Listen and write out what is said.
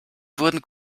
wurden